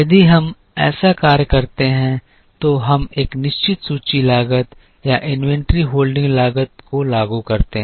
यदि हम ऐसा कार्य करते हैं तो हम एक निश्चित सूची लागत या इन्वेंट्री होल्डिंग लागत को लागू करते हैं